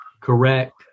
correct